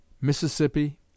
Mississippi